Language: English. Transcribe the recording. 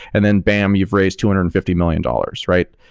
and then bam, you've raised two hundred and fifty million dollars, right?